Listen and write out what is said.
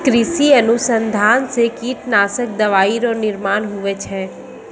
कृषि अनुसंधान से कीटनाशक दवाइ रो निर्माण हुवै छै